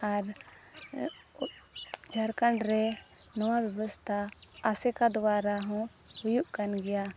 ᱟᱨ ᱡᱷᱟᱲᱠᱷᱚᱸᱰ ᱨᱮ ᱱᱚᱶᱟ ᱵᱮᱵᱚᱥᱛᱷᱟ ᱟᱥᱮᱠᱟ ᱫᱚᱣᱟᱨᱟ ᱦᱚᱸ ᱦᱩᱭᱩᱜ ᱠᱟᱱ ᱜᱮᱭᱟ